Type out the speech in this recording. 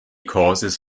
courses